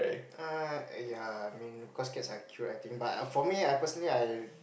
uh ya I mean cause cats are cute I think but uh for me uh I personally I